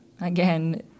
again